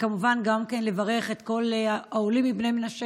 וכמובן גם לברך את כל העולים מבני המנשה